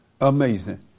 Amazing